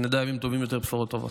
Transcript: שנדע ימים טובים יותר ובשורות טובות.